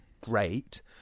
Great